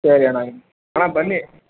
ಸರಿ ಅಣ್ಣ ಅಣ್ಣ ಬನ್ನಿ